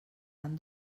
han